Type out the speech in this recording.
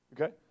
Okay